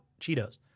Cheetos